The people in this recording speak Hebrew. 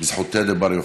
בזכותא דבר יוחאי.